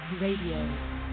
Radio